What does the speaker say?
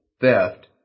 theft